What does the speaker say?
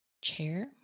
chair